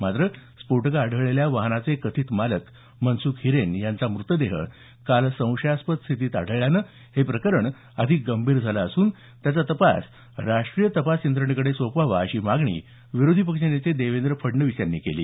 मात्र स्फोटकं आढळलेल्या वाहनाचे कथित मालक मनस्ख हिरेन यांचा मृतदेह काल संशयास्पद स्थितीत आढळल्यानं हे प्रकरण अधिक गंभीर झालं असून त्याचा तपास राष्ट्रीय तपास यंत्रणेकडे सोपवावा अशी मागणी विरोधी पक्षनेते देवेंद्र फडणवीस यांनी केली